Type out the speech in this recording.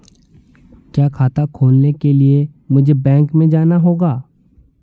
क्या खाता खोलने के लिए मुझे बैंक में जाना होगा?